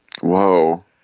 whoa